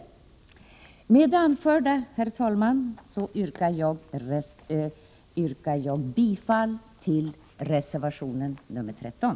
Med det anförda, herr talman, yrkar jag bifall till reservation nr 13.